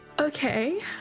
Okay